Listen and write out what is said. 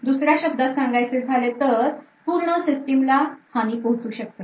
दुसऱ्या शब्दात सांगायचे झाले तर पूर्ण सिस्टीम ला हानी पोहचू शकते